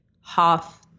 half